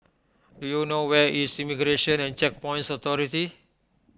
do you know where is Immigration and Checkpoints Authority